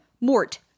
Mort